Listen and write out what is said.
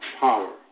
power